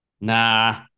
nah